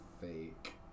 fake